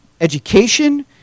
education